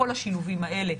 כל השילובים האלה,